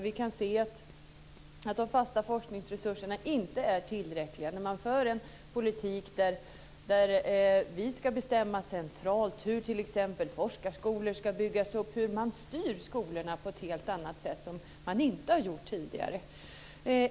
Vi kan se att de fasta forskningsresurserna inte är tillräckliga, att man för en politik där vi ska bestämma centralt hur t.ex. forskarskolor ska byggas upp, att man styr skolorna på ett helt annat sätt än man har gjort tidigare.